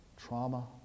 trauma